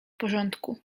porządku